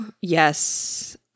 Yes